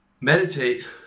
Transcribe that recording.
Meditate